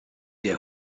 der